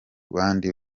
bandi